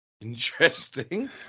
Interesting